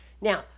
Now